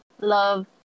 love